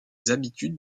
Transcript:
habitudes